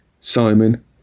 Simon